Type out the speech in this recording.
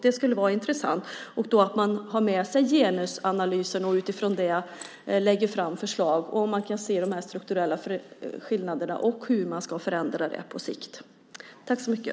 Det skulle vara intressant om hon deltog i den och utifrån en genusanalys och lade fram förslag för att förändra de strukturella skillnaderna på sikt.